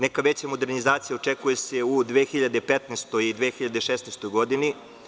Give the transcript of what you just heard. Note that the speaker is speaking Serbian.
Neka veća modernizacija očekuje se u 2015. i 2016. godini.